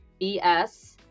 BS